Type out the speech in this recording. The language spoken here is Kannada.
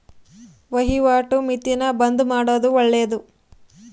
ವಹಿವಾಟು ಮಿತಿನ ಬದ್ಲುಮಾಡೊದು ಒಳ್ಳೆದು